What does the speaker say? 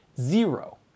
Zero